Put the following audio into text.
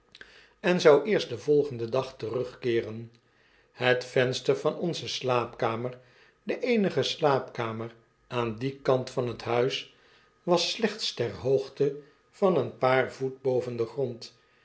en zou eerst den vqlgenden dag terugkeeren het venster van onze slaapkamer de eenige slaapkamer aan dien kalit van het huis was slecnts ter hoogte van een paar voet boven den grond